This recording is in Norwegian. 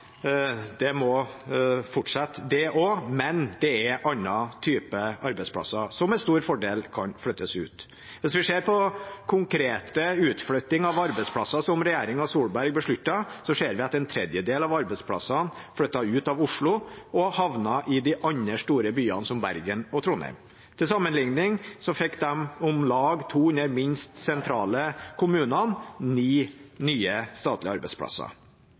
Det må fortsette, det også, men det er andre typer arbeidsplasser som med stor fordel kan flyttes ut. Hvis vi ser på konkrete utflyttinger av arbeidsplasser som regjeringen Solberg besluttet, ser vi at en tredjedel av arbeidsplassene er flyttet ut av Oslo og har havnet i de andre store byene, som Bergen og Trondheim. Til sammenlikning fikk de om lag 200 minst sentrale kommunene ni nye statlige arbeidsplasser.